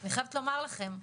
אני חייבת לומר לכם,